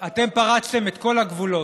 אתם פרצתם את כל הגבולות.